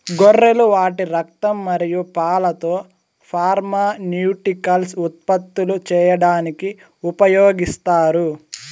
గొర్రెలు వాటి రక్తం మరియు పాలతో ఫార్మాస్యూటికల్స్ ఉత్పత్తులు చేయడానికి ఉపయోగిస్తారు